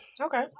Okay